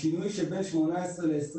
השינוי בין 18 ל-24,